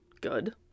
good